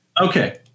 Okay